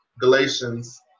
Galatians